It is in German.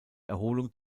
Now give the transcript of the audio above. erholung